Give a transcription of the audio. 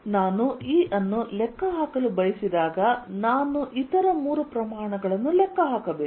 ಆದ್ದರಿಂದ ನಾನು E ಅನ್ನು ಲೆಕ್ಕಹಾಕಲು ಬಯಸಿದಾಗ ನಾನು ಮೂರು ಪ್ರಮಾಣಗಳನ್ನು ಲೆಕ್ಕ ಹಾಕಬೇಕು